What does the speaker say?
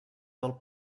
del